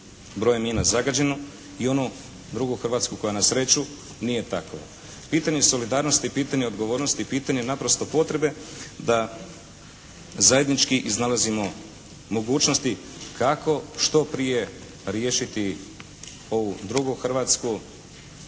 brojem mina zagađenu i onu drugu Hrvatsku koja na sreću nije takova. Pitanje solidarnosti i pitanje odgovornosti i pitanje naprosto potrebe da zajednički iznalazimo mogućnosti kako što prije riješiti ovu drugu Hrvatsku